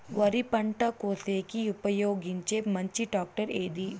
వరి పంట కోసేకి ఉపయోగించే మంచి టాక్టర్ ఏది?